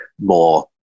more